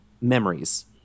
memories